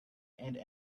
and